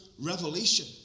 revelation